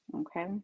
Okay